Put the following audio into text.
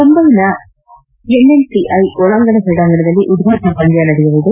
ಮುಂಬೈನ ಎನ್ಎನ್ಸಿಐ ಒಳಾಂಗಣ ಕ್ರೀಡಾಂಗಣದಲ್ಲಿ ಉದ್ಘಾಟನಾ ಪಂದ್ಯ ನಡೆಯಲಿದೆ